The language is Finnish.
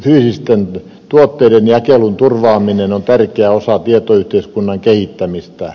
fyysisten tuotteiden jakelun turvaaminen on tärkeä osa tietoyhteiskunnan kehittämistä